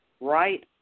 right